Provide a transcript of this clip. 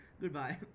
Goodbye